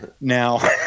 Now